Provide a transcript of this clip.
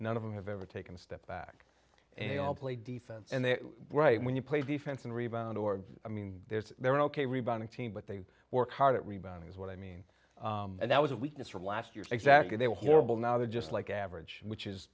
none of them have ever taken a step back and they all play defense and they were right when you play defense and rebound or i mean they're ok rebounding team but they work hard at rebounding is what i mean and that was weakness from last year exactly they were horrible now they're just like average which is